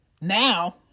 now